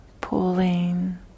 pulling